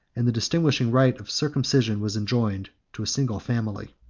and the distinguishing rite of circumcision was enjoined, to a single family.